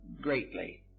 greatly